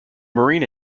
marine